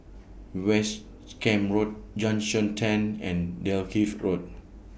West Camp Road Junction ten and Dalkeith Road